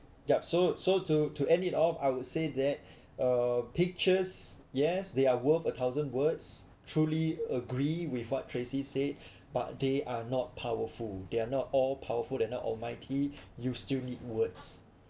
yup so so to to end it all I would say that uh pictures yes they are worth a thousand words truly agree with what tracy said but they are not powerful they are not all powerful that not almighty you still need words